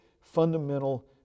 fundamental